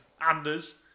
Anders